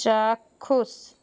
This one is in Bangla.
চাক্ষুষ